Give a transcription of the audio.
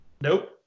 Nope